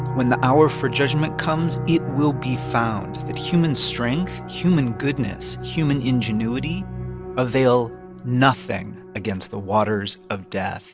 when the hour for judgment comes, it will be found that human strength, human goodness, human ingenuity avail nothing against the waters of death